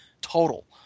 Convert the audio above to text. total